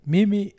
Mimi